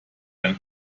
ein